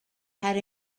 had